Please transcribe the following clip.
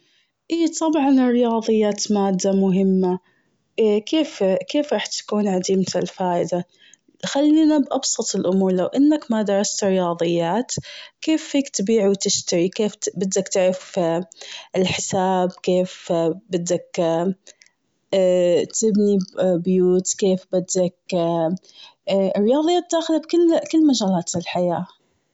اي طبعاً الرياضيات مادة مهمة! كيف- كيف راح تكون عديمة الفائدة؟ خلينا بابسط الأمور لو إنك ما درست الرياضيات، كيف فيك تبيعي و تشتري؟ كيف بدك تعرف الحساب؟ كيف بدك تبني البيوت؟ كيف بدك الرياضيات بتاخد كل- كل مجالات الحياة.